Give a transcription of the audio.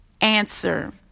answer